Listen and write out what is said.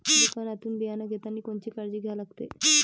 दुकानातून बियानं घेतानी कोनची काळजी घ्या लागते?